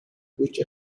which